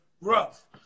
rough